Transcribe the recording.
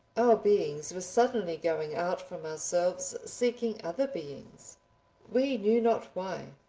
beings were suddenly going out from ourselves seeking other beings we knew not why.